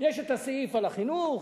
יש הסעיף על החינוך,